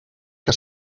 que